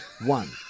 One